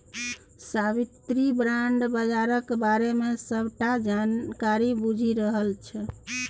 साबित्री bond बजारक बारे मे सबटा जानकारी बुझि रहल छै